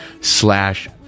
slash